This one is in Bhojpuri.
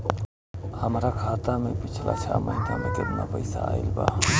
हमरा खाता मे पिछला छह महीना मे केतना पैसा आईल बा?